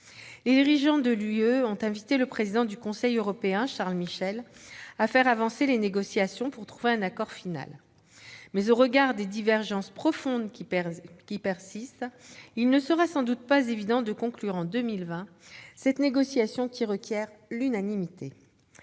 Les dirigeants de l'Union européenne ont invité le président du Conseil européen, Charles Michel, à faire avancer les négociations pour trouver un accord final. Toutefois, au regard des divergences profondes qui persistent, il ne sera sans doute pas évident de conclure en 2020 cette négociation, l'unanimité